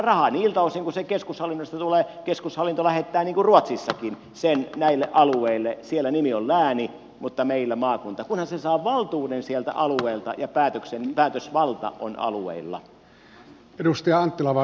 niiltä osin kuin raha keskushallinnosta tulee keskushallinto lähettää niin kuin ruotsissakin sen näille alueille siellä nimi on lääni mutta meillä maakunta kunhan se saa valtuuden sieltä alueelta ja päätösvalta on alueilla